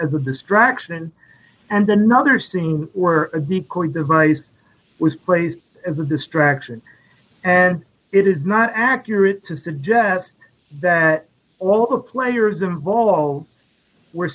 as a distraction and another scene or a decoder device was placed as a distraction and it is not accurate to suggest that all the players involved were